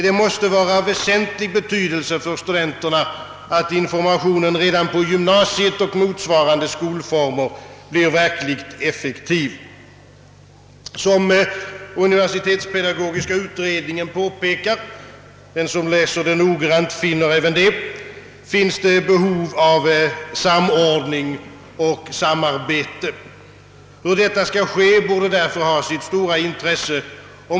Det måste vara av väsentlig betydelse för studenterna, att informationen redan i gymnasiet och motsvarande skolformer blir verkligt effektiv. Som universitetspedagogiska utredningen påpekar — den som läser den noggrant finner även detta — finns det behov av samordning och samarbete. Hur detta skall gå till, borde ha sitt stora intresse.